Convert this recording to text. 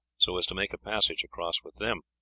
so as to make a passage across with them.